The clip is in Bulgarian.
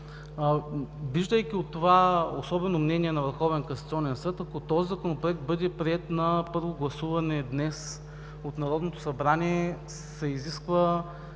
Изхождайки от това особено мнение на Върховния касационен съд, ако този Законопроект бъде приет на първо гласуване днес от Народното събрание, се изисква